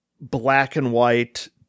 black-and-white